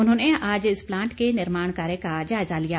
उन्होंने आज इस प्लांट के निर्माण कार्य का जायजा लिया